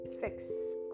fix